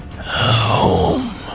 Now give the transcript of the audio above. home